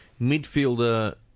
Midfielder